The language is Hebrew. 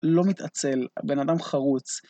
לא מתעצל, בן אדם חרוץ.